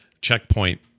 checkpoint